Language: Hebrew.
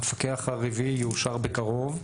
המפקח הרביעי יאושר בקרוב.